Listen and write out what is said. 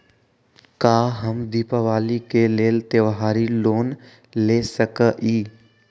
का हम दीपावली के लेल त्योहारी लोन ले सकई?